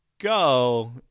go